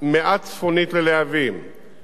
של כניסה נוספת לרהט,